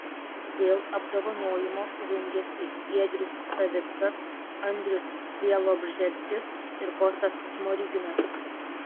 dėl apdovanojimo rungėsi giedrius savickas andrius bialobžeskis ir kostas smoriginas